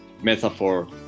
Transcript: metaphor